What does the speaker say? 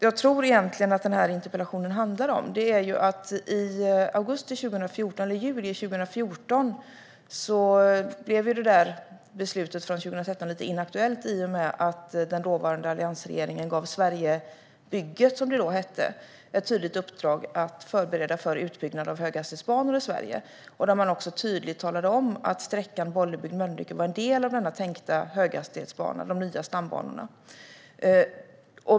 Jag tror egentligen att interpellationen handlar om det här: I juli 2014 blev beslutet från 2013 lite inaktuellt i och med att den dåvarande alliansregeringen gav Sverigebygget, som det då hette, ett tydligt uppdrag att förbereda för utbyggnad av höghastighetsbanor i Sverige. Där talade man också tydligt om att sträckan Bollebygd-Mölnlycke var en del av de tänkta höghastighetsbanorna, de nya stambanorna.